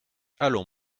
allons